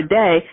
day